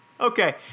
Okay